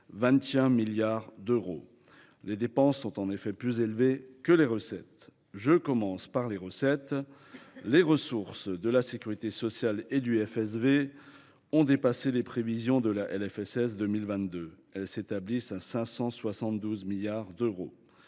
21 milliards d’euros. Les dépenses sont en effet plus élevées que les recettes. Je commence par les recettes. Les ressources de la sécurité sociale et du FSV ont dépassé les prévisions de la loi de financement de la sécurité